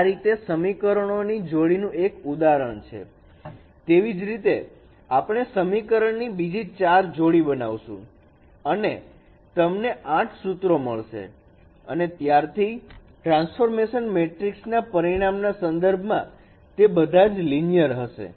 આ રીતે આ સમીકરણો ની જોડી નું એક ઉદાહરણ છે તેવી જ રીતે આપણે સમીકરણની બીજી 4 જોડી બનાવીશું અને તમને 8 સુત્રો મળશે અને ત્યારથી ટ્રાન્સફોર્મેશન મેટ્રિક્સ ના પરિણામના સંદર્ભમાં તે બધા જ લિનિયર હશે